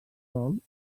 sol